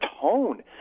tone